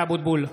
(קורא בשמות חברי הכנסת) משה אבוטבול,